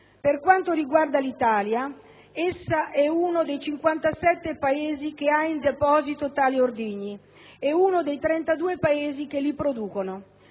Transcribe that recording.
Per quanto riguarda l'Italia, essa è uno dei 57 Paesi che ha in deposito tali ordigni e uno dei 32 Paesi che li producono.